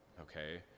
okay